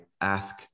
ask